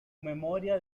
memoria